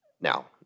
Now